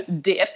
dip